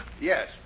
Yes